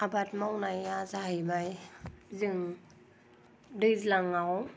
आबाद मावनाया जाहैबाय जों दैज्लांआव